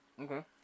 Okay